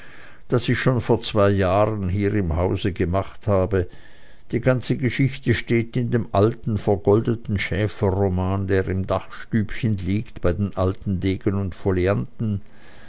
das ich schon vor zwei jahren hier im hause gemacht habe die ganze geschichte steht in dem alten vergoldeten schäferroman der im dachstübchen liegt bei den alten degen und